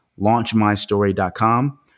launchmystory.com